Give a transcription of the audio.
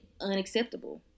unacceptable